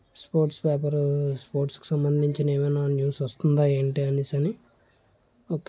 sports paper స్పోర్ట్స్కు సంబంధించినవి ఏవైనా న్యూస్ వస్తుందా ఏంటి అని అని ఓకే